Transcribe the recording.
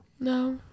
no